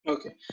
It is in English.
Okay